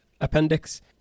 appendix